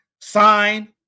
Sign